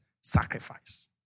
sacrifice